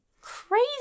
Crazy